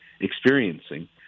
experiencing